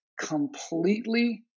completely